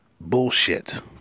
bullshit